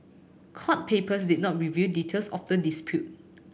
court papers did not reveal details of the dispute